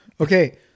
Okay